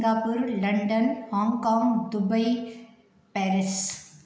Singapore London Hong Kong Dubai Paris